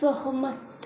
सहमत